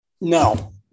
no